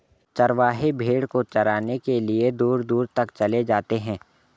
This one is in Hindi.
चरवाहे भेड़ को चराने के लिए दूर दूर तक चले जाते हैं